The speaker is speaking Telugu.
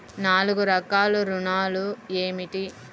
నాలుగు రకాల ఋణాలు ఏమిటీ?